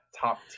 top